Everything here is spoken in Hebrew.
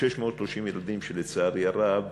כ-630 ילדים שלצערי הרב,